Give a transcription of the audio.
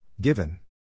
Given